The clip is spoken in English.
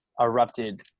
erupted